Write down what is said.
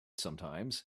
sometimes